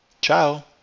Ciao